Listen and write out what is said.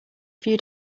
few